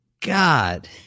God